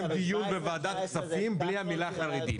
דיון בוועדת כספים בלי המילה חרדים.